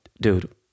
dude